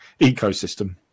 ecosystem